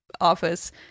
office